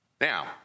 Now